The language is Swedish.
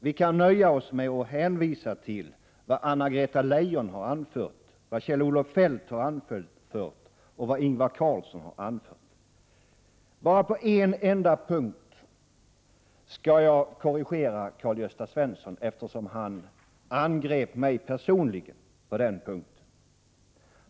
Vi kan nöja oss med att hänvisa till vad Anna-Greta Leijon, Kjell-Olof Feldt och Ingvar Carlsson har anfört. Bara på en enda punkt skall jag korrigera Karl-Gösta Svenson, eftersom han angrep mig personligen på den punkten.